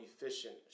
efficient